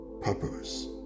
purpose